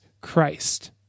Christ